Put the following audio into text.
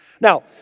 Now